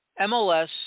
MLS